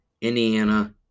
Indiana